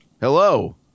Hello